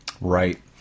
Right